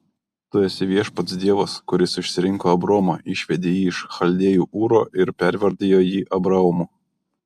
tu esi viešpats dievas kuris išsirinko abromą išvedė jį iš chaldėjų ūro ir pervardijo jį abraomu